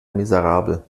miserabel